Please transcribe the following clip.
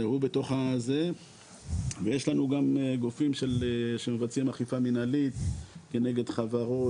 ויש גם גופים שמבצעים אכיפה מנהלית כנגד חברות.